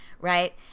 right